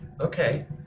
Okay